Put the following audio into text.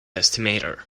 estimator